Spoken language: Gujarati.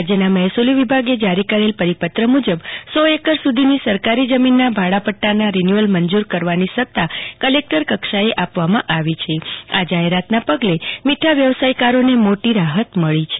રાજ્યના મહેસુલ વિભાગ જારી કરેલ પરિપત્ર મુજબ સો એકર સુધીની સક્રારી જમીનના ભાડાપદાના રીન્યુ અલ મંજુર કરવાની સત્તા કલેક્ટર કક્ષાએ આપવામાં આવી છે આ જાહેરાતના પગલે મીઠા વ્યવસાયકારોને મોટી રાહત મળી છે